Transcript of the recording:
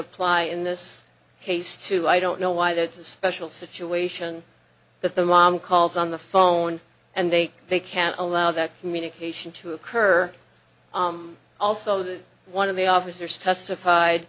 apply in this case to i don't know why that's a special situation but the mom calls on the phone and they they can't allow that communication to occur also the one of the officers